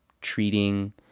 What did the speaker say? treating